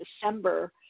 December